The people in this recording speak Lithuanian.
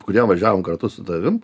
kurie važiavom kartu su tavim